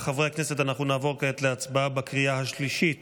חברי הכנסת, נעבור כעת להצבעה בקריאה השלישית